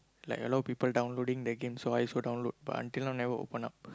like a lot of people downloading the game so I also download but until now never open up